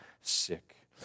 sick